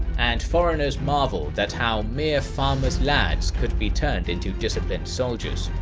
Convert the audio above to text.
and foreigners marveled at how mere farmers lads' could be turned into disciplined soldiers.